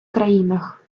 країнах